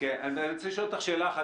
אני רוצה לשאול אותך שאלה אחת.